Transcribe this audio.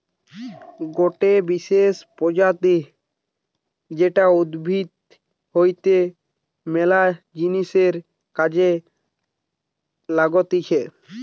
গটে বিশেষ প্রজাতি যেটা উদ্ভিদ হইতে ম্যালা জিনিসের কাজে লাগতিছে